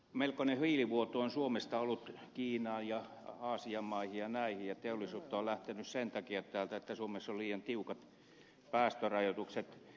melkoinen hiilivuoto on suomesta ollut kiinaan ja aasian maihin ja teollisuutta on lähtenyt sen takia täältä että suomessa on liian tiukat päästörajoitukset